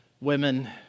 women